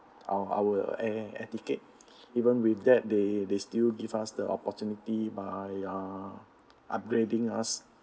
our our air ticket even with that they they still give us the opportunity by uh upgrading us